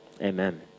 Amen